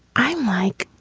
i'm like,